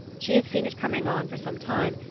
she had seen it coming on for some time,